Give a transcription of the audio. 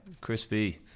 Crispy